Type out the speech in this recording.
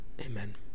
Amen